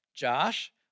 Josh